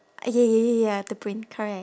uh ya ya ya ya to print correct